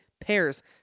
pairs